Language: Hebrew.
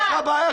שום בעיה